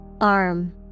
Arm